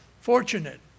fortunate